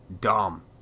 dumb